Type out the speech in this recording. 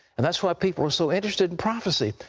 and that's what people are so interested in prophecy.